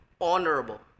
honorable